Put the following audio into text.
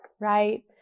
right